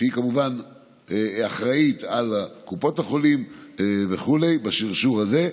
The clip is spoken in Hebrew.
שהיא כמובן אחראית על קופות החולים וכו' בשרשור הזה,